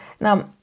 Now